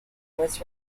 was